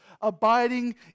abiding